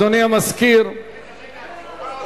רגע,